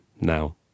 now